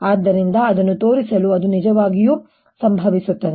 ಆದ್ದರಿಂದ ಅದನ್ನು ತೋರಿಸಲು ಅದು ನಿಜವಾಗಿಯೂ ಸಂಭವಿಸುತ್ತದೆ